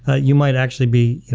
ah you might actually be